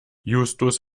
justus